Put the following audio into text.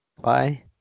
Bye